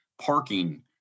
parking